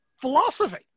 philosophy